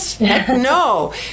no